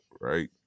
right